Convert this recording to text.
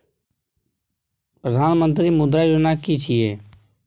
प्रधानमंत्री मुद्रा योजना कि छिए?